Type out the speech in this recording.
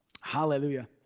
Hallelujah